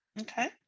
Okay